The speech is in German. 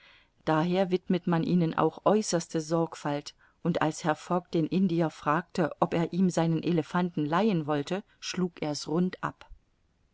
daher widmet man ihnen auch äußerste sorgfalt und als herr fogg den indier fragte ob er ihm seinen elephanten leihen wollte schlug er's rund ab